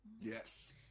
yes